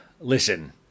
Listen